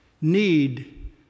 need